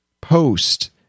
post